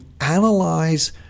analyze